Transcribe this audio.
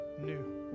new